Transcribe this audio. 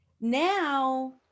Now